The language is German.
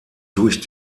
durch